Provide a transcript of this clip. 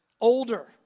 older